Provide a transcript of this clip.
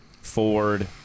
Ford